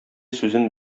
сүзен